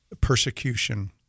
persecution